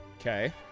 Okay